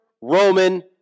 Roman